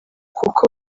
kuko